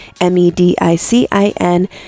M-E-D-I-C-I-N